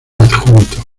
adjunto